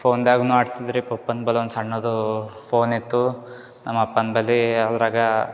ಫೋನ್ದಾಗೂ ಆಡ್ತಿದ್ದೆ ರೀ ಪಪ್ಪಂದು ಬಲ್ಲೊಂದು ಸಣ್ಣದು ಫೋನಿತ್ತು ನಮ್ಮ ಅಪ್ಪನ ಬಳಿ ಅದರಾಗೆ